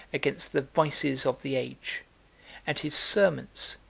against the vices of the age and his sermons,